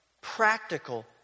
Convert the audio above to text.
practical